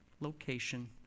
location